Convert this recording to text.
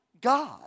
God